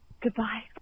Goodbye